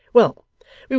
well,